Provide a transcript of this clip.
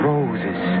Roses